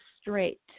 straight